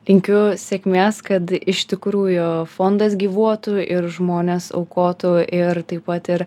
linkiu sėkmės kad iš tikrųjų fondas gyvuotų ir žmonės aukotų ir taip pat ir